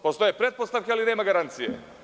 Postoje pretpostavke, ali nema garancija.